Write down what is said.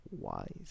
wise